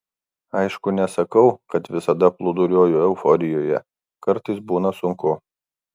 aišku nesakau kad visada plūduriuoju euforijoje kartais būna sunku